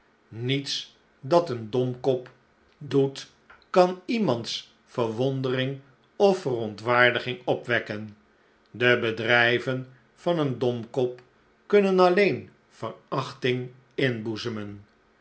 niets dat een domkop doet kan iemands verwondering of verontwaardiging opwekken de bedrij ven van een domkop kunnen alleen verachting inboezemen